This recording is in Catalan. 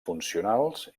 funcionals